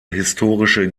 historische